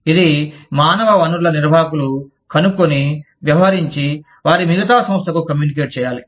ఇది మానవ వనరుల నిర్వాహకులు కనుక్కొని వ్యవహరించి వారి మిగతా సంస్థకు కమ్యూనికేట్ చేయాలి